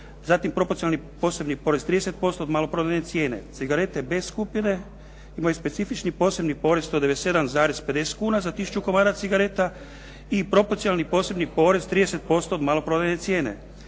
zatim propocionalni posebni porez 30%, od maloprodajne cijene. Cigarete B skupine, imaju specifični posebni porez, 197,50 kuna za tisuću komada cigareta i propocionalni posebni porez 30% od maloprodajne cijene.